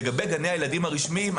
לגבי גני הילדים הרשמיים,